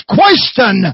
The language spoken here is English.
question